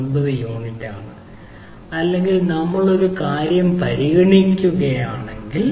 90 യൂണിറ്റാണ് അല്ലെങ്കിൽ നമ്മൾ ഒരു പുതിയ കാര്യം പരിഗണിക്കുകയാണെങ്കിൽ